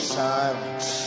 silence